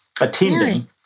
attending